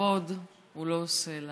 כבוד הוא לא עושה לשבת.